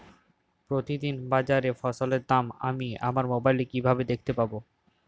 প্রতিদিন বাজারে ফসলের দাম আমি আমার মোবাইলে কিভাবে দেখতে পাব?